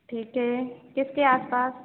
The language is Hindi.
ठीक है किस किसके आस पास